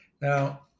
Now